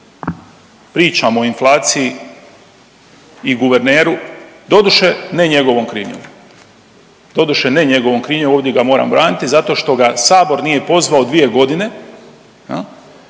pričamo o inflaciji i guverneru doduše ne njegovom krivnjom. Doduše ne njegovom krivnjom ovdje ga moram braniti zato što ga sabor nije pozvao 2 godine